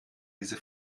diese